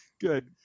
Good